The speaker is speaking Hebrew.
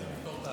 אני אשתדל.